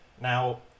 Now